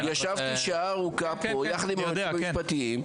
ישבתי פה שעה ארוכה עם היועצים המשפטיים.